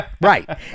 right